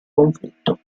conflitto